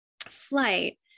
flight